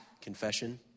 confession